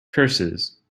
curses